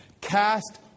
Cast